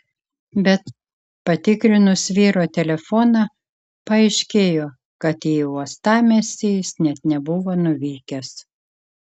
bet patikrinus vyro telefoną paaiškėjo kad į uostamiestį jis net nebuvo nuvykęs